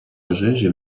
пожежі